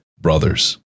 brothers